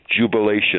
jubilation